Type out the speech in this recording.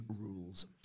rules